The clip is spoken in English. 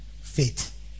Faith